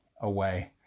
away